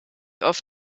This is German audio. auf